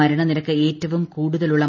മരണനിരക്ക് ഏറ്റവും കൂടുതല്ലുള്ളൂ